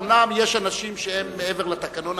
אומנם יש אנשים שהם מעבר לתקנון,